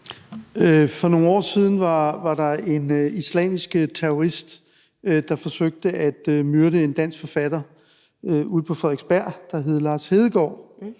For nogle år siden var der en islamisk terrorist, der forsøgte at myrde en dansk forfatter ude på Frederiksberg, der hedder Lars Hedegaard,